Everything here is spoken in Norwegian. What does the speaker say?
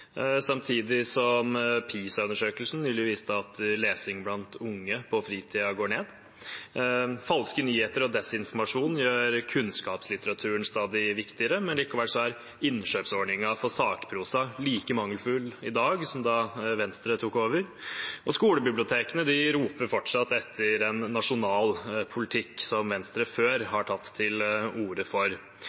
samtidig som PISA-undersøkelsen nylig viste at lesing blant unge på fritida går ned. Falske nyheter og desinformasjon gjør kunnskapslitteraturen stadig viktigere. Likevel er innkjøpsordningen for sakprosa like mangelfull i dag som da Venstre tok over, og skolebibliotekene roper fortsatt etter en nasjonal politikk, som Venstre før har tatt til orde for.